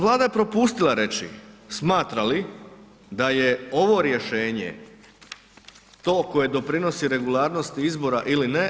Vlada je propustila reći smatra li da je ovo rješenje to koje doprinosi regularnosti izbora ili ne.